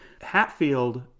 Hatfield